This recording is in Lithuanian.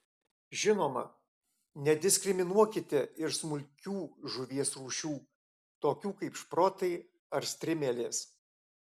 žinoma nediskriminuokite ir smulkių žuvies rūšių tokių kaip šprotai ar strimelės